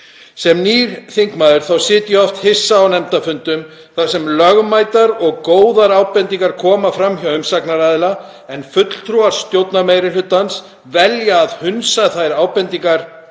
Sem nýr þingmaður sit ég oft hissa á nefndarfundum þar sem lögmætar og góðar ábendingar komu fram hjá umsagnaraðila en fulltrúar stjórnarmeirihlutans velja að hunsa þær ábendingar,